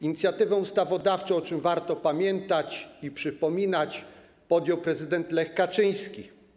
Inicjatywę ustawodawczą, o czym warto pamiętać i przypominać, podjął prezydent Lech Kaczyński.